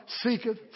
Seeketh